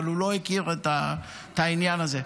אבל הוא לא הכיר את העניין הזה.